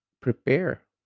prepare